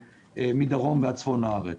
מדרום ועד צפון הארץ.